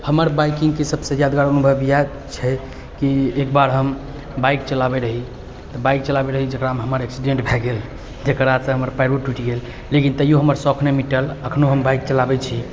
हमर बाइकिङ्गके सबसँ यादगार अनुभव इएह छै कि एक बार हम बाइक चलाबै रही तऽ बाइक चलाबै रही जकरामे हमर एक्सीडेन्ट भऽ गेल जकरासँ हमर पाएरो टूटि गेल लेकिन तैओ हमर सौख नहि मिटल एखनहु हम बाइक चलाबै छी